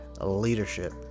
leadership